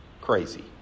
Crazy